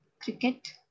Cricket